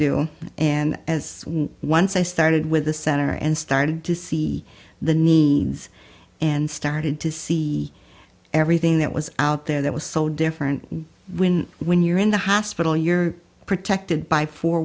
do and as once i started with the center and started to see the needs and started to see everything that was out there that was so different when when you're in the hospital you're protected by four